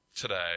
Today